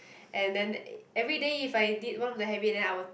and then everyday if I did one of the habit then I will